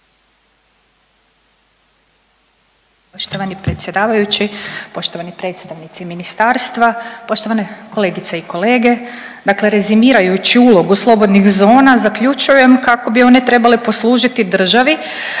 Poštovani predsjedavajući, poštovani predstavnici ministarstva, poštovane kolegice i kolege. Dakle rezimirajući ulogu slobodnih zona zaključujem kako bi one trebale poslužiti državi